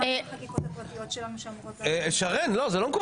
כשאתם מרבים